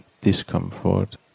discomfort